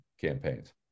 campaigns